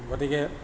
গতিকে